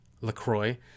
LaCroix